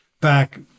back